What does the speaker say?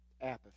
apathy